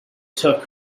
took